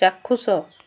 ଚାକ୍ଷୁଷ